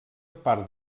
part